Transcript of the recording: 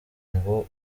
ngo